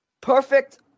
perfect